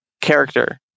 character